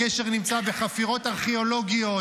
הקשר נמצא בחפירות ארכיאולוגיות.